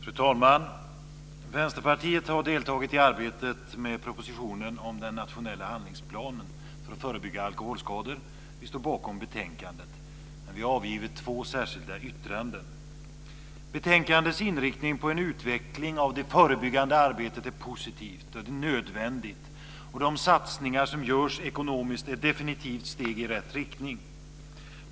Fru talman! Vänsterpartiet har deltagit i arbetet med propositionen om den nationella handlingsplanen för att förebygga alkoholskador. Vi står bakom betänkandet, men vi har avgivit två särskilda yttranden. Betänkandets inriktning på en utveckling av det förebyggande arbetet är positivt och nödvändigt, och de satsningar som görs ekonomiskt är definitivt steg i rätt riktning.